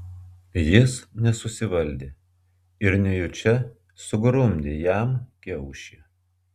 jis nesusivaldė ir nejučia sugrumdė jam kiaušį